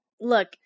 look